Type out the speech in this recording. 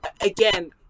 again